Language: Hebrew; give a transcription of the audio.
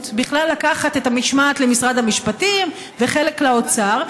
ולקחת את המשמעת למשרד המשפטים וחלק לאוצר.